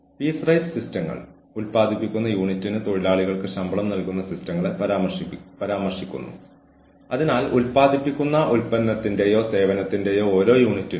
തെറ്റായ ഡിസ്ചാർജ് അല്ലെങ്കിൽ വിവേചന സ്യൂട്ടുകളിൽ നിന്ന് ജീവനക്കാരെ സംരക്ഷിക്കുന്നതിന് ജീവനക്കാരുടെ വിലയിരുത്തലുകളുടെ ശരിയായ ഡോക്യുമെന്റേഷൻ